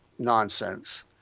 nonsense